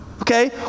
okay